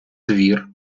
твір